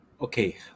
Okay